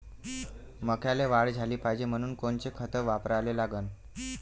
मक्याले वाढ झाली पाहिजे म्हनून कोनचे खतं वापराले लागन?